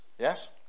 Yes